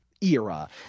era